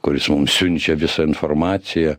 kuris mums siunčia visą informaciją